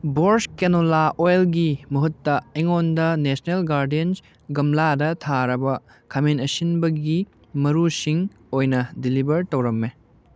Borges ꯀꯦꯅꯣꯂꯥ ꯑꯣꯏꯜꯒꯤ ꯃꯍꯨꯠꯇ ꯑꯩꯉꯣꯟꯗ ꯅꯦꯁꯅꯦꯜ ꯒꯥꯔꯗꯦꯟ ꯒꯝꯂꯥꯗ ꯊꯥꯔꯕ ꯈꯥꯃꯦꯟ ꯑꯁꯤꯟꯕꯒꯤ ꯃꯔꯨꯁꯤꯡ ꯑꯣꯏꯅ ꯗꯤꯂꯤꯕꯔ ꯇꯧꯔꯝꯃꯦ